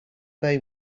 they